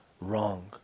wrong